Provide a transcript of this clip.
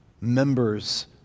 members